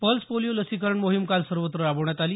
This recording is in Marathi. पल्स पोलिओ लसीकरण मोहीम काल सर्वत्र राबवण्यात आली